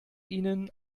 ihnen